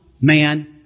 man